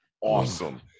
awesome